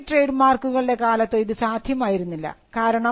അൺ registered trade മാർക്കുകളുടെ കാലത്ത് ഇത് സാധ്യമായിരുന്നില്ല